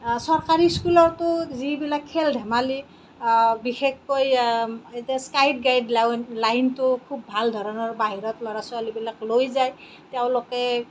চৰকাৰী স্কুলতো যিবিলাক খেল ধেমালি বিশেষকৈ এতিয়া স্কাইট গাউড লাউন লাইনটো খুব ভাল ধৰণৰ বাহিৰত ল'ৰা ছোৱালীবিলাক লৈ যায় তেওঁলোকে